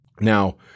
Now